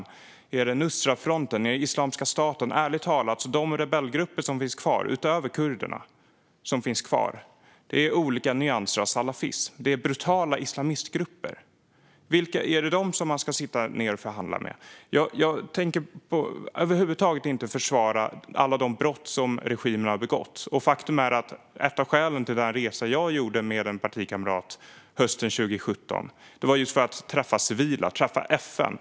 Är det Nusrafronten? Är det Islamiska staten? Ärligt talat är de rebellgrupper utöver kurderna som finns kvar olika nyanser av salafism. Det är brutala islamistgrupper. Är det dem man ska sitta ned och förhandla med? Jag tänker över huvud taget inte försvara alla de brott som regimen har begått, och faktum är att ett av skälen till den resa jag gjorde med en partikamrat hösten 2017 var att jag ville träffa civila och att jag ville träffa FN.